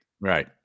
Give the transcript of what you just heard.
Right